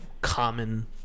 common